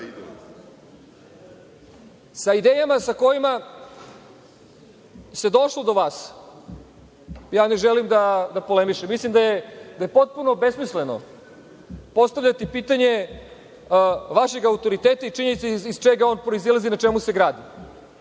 idejama sa kojima se došlo do vas ja ne želim da polemišem. Mislim da je potpuno besmisleno postavljati pitanje vašeg autoriteta i činjenice iz čega on proizilazi i iz čega se gradi.